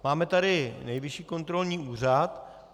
Máme tady Nejvyšší kontrolní úřad.